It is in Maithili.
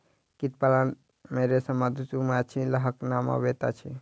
कीट पालन मे रेशम, मधुमाछी, लाहक नाम अबैत अछि